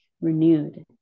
renewed